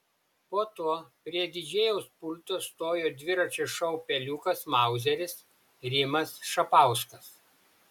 po to prie didžėjaus pulto stojo dviračio šou peliukas mauzeris rimas šapauskas